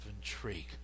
intrigue